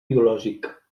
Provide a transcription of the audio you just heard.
biològic